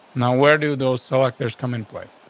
now, where do those selectors come in play?